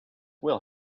will